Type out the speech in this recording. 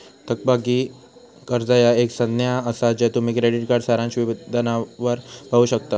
थकबाकी कर्जा ह्या एक संज्ञा असा ज्या तुम्ही क्रेडिट कार्ड सारांश विधानावर पाहू शकता